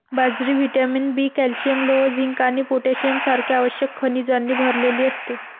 बाजरी vitamin B, calcium, लोह, zinc आणि पोटॅशियम सारख्या आवश्यक खनिजांनी भरलेली असते